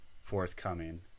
forthcoming